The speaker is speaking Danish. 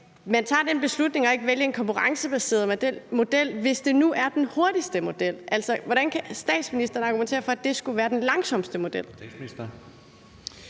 man tager den beslutning og ikke vælger en konkurrencebaseret model, hvis det nu er den hurtigste model? Altså, hvordan kan statsministeren argumentere for, at det skulle være den langsomste model?